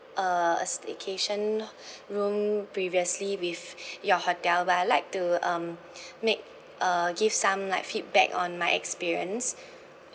uh a staycation room previously with your hotel but I like to um make uh give some like feedback on my experience